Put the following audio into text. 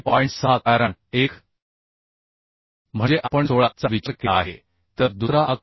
6 कारण एक म्हणजे आपण 16 चा विचार केला आहे तर दुसरा 11